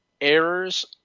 errors